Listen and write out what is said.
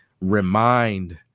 remind